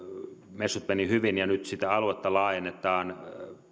messut menivät hyvin ja nyt sitä aluetta laajennetaan